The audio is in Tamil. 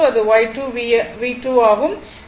I3 VZ3 ஆக இருக்கும்